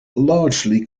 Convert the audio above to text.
largely